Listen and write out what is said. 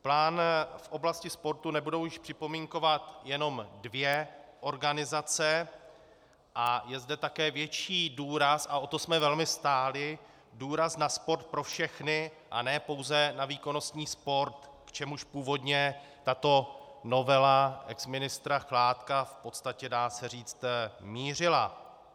Plán v oblasti sportu nebudou již připomínkovat jenom dvě organizace a je zde také větší důraz a o to jsme velmi stáli, důraz na sport pro všechny, a ne pouze na výkonnostní sport, k čemuž původně tato novela exministra Chládka v podstatě, dá se říct, mířila.